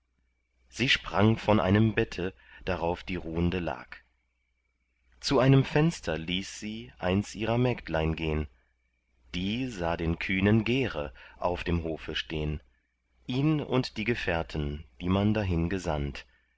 sie sprang von einem bette darauf die ruhende lag zu einem fenster ließ sie eins ihrer mägdlein gehn die sah den kühnen gere auf dem hofe stehn ihn und die gefährten die man dahin gesandt